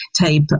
type